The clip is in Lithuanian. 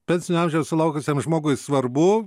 pensinio amžiaus sulaukusiam žmogui svarbu